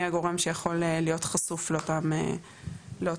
מי הגורם שיכול להיות חשוף לאותם הפרות.